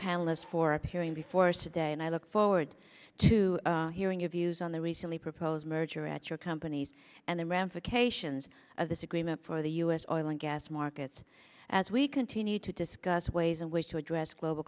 palace for appearing before us to day and i look forward to hearing your views on the recently proposed merger at your companies and the ramifications of this agreement for the u s oil and gas markets as we continue to discuss ways in which to address global